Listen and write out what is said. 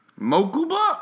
Mokuba